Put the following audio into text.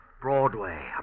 Broadway